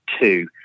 two